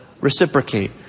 reciprocate